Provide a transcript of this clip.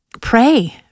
pray